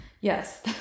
yes